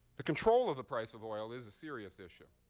the control of the price of oil is a serious issue.